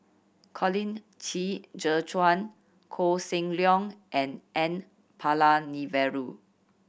Colin Qi Zhe Quan Koh Seng Leong and N Palanivelu